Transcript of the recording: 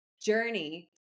journey